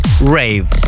Rave